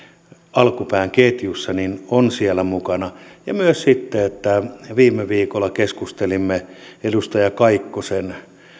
alkupään ketjussa on siellä mukana viime viikolla keskustelimme edustaja kaikkosen